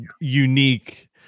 unique